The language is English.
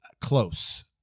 Close